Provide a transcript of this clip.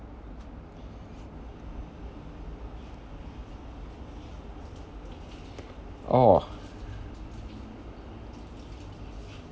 orh